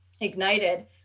ignited